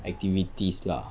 activities lah